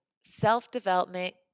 self-development